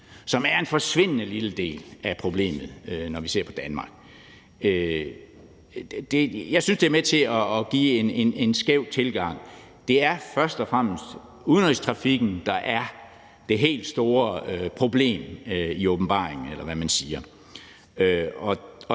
som er en forsvindende lille del af problemet, når vi ser på Danmarks, er med til at give en skæv tilgang. Det er først og fremmest udenrigstrafikken, der er det helt store problem i åbenbaringen, eller hvad man siger.